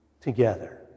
together